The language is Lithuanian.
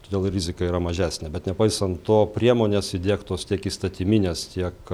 todėl rizika yra mažesnė bet nepaisant to priemonės įdiegtos tiek įstatyminės tiek